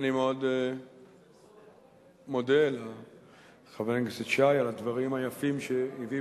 יש עוד מישהו שנכנס ולא הוקרא שמו כדי